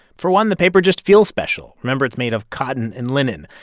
for one, the paper just feels special. remember, it's made of cotton and linen.